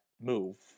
move